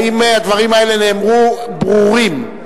האם הדברים האלה נאמרו ברורים?